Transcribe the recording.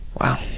Wow